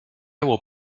will